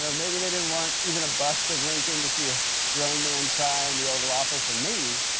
um maybe they didn't want even a bust of lincoln to see a grown man cry in the oval office. or maybe,